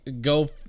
go